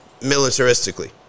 militaristically